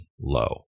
low